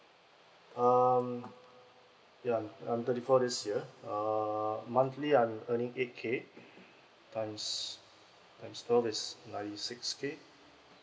um yeah I'm thirty four this year uh monthly I'm earning eight K times times times twelve is ninety six K